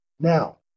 Now